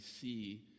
see